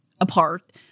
apart